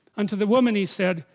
until the woman he said,